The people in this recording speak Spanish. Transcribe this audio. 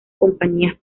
compañías